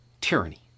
tyranny